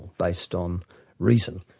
based on reason,